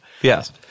Yes